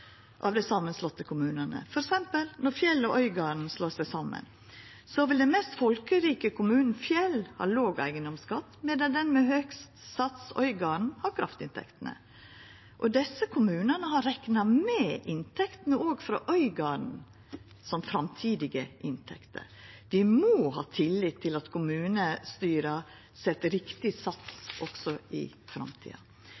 av dei samanslegne kommunane. For eksempel: Når Fjell og Øygarden slår seg saman, vil den mest folkerike kommunen, Fjell, ha låg eigedomsskatt, medan den med høgst sats, Øygarden, har kraftinntektene. Og desse kommunane har rekna med inntektene òg frå Øygarden som framtidige inntekter. Dei må ha tillit til at kommunestyra set riktig